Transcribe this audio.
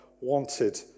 wanted